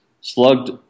slugged